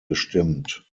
gestimmt